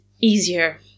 easier